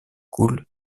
coule